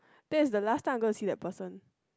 that is the last time I'm going to see that person